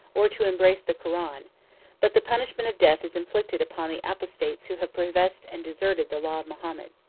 or to embrace the koran but the punishment of death is inflicted upon the apostates who have professed and deserted the law of mahomet.